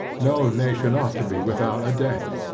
no nation ought to be without a debt.